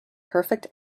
perfect